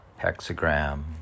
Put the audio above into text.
hexagram